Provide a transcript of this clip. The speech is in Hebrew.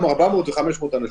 גם 400 ו-500 אנשים.